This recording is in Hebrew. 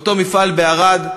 באותו מפעל בערד,